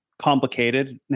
Complicated